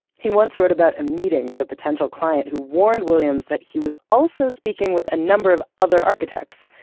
he once wrote about a meeting with a potential client who warned williams that he was also speaking with a number of other architects.